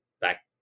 back